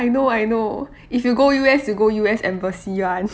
I know I know if you go U_S you go U_S embassy [one]